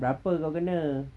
berapa kau kena